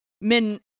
men